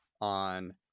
on